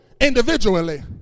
individually